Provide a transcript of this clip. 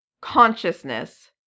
consciousness